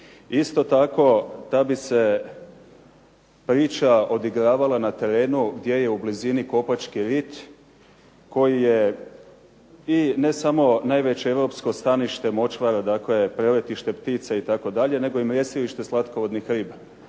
Isto tako da bi se priča odigravala na terenu gdje je u blizini Kopački rit koji je, i ne samo najveće europsko stanište močvara dakle preletište ptica itd., nego i mrjestilište slatkovodnih riba.